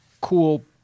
cool